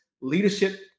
leadership